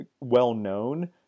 well-known